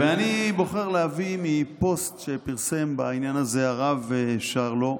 אני בוחר להביא מפוסט שפרסם בעניין הזה הרב שרלו,